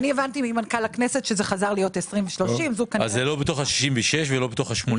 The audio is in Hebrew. הבנתי ממנכ"ל הכנסת שזה חזר להיות 2030. אז זה לא בתוך ה-66 וגם לא בתוך ה-80.